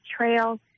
Trail